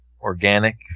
organic